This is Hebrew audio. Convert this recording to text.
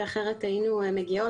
שאחרת היינו מגיעות,